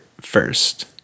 first